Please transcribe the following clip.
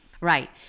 Right